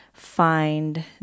Find